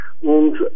und